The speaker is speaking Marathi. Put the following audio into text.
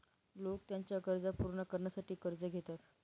लोक त्यांच्या गरजा पूर्ण करण्यासाठी कर्ज घेतात